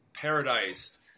paradise